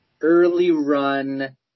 early-run